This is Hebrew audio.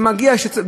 ואז,